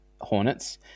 Hornets